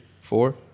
four